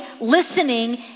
listening